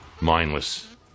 mindless